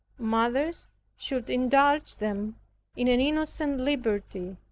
mothers should indulge them in an innocent liberty,